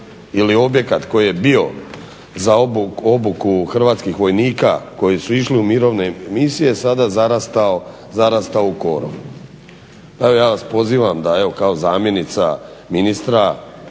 ili objekat koji je bio za obuku hrvatskih vojnika koji su išli u mirovne misije sada zarastao u korov. Pa evo ja vas pozivam da evo kao zamjenica ministra